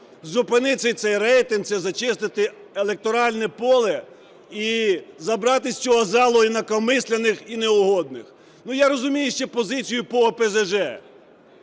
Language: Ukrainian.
зупинити цей рейтинг – це зачистити електоральне поле і забрати з цього залу інакомислячих і неугодних. Я розумію ще позицію по ОПЗЖ,